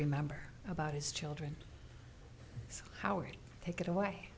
remember about his children howard take it away